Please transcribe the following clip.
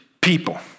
people